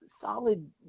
solid